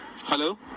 Hello